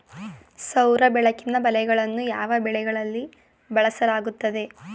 ಸೌರ ಬೆಳಕಿನ ಬಲೆಗಳನ್ನು ಯಾವ ಬೆಳೆಗಳಲ್ಲಿ ಬಳಸಲಾಗುತ್ತದೆ?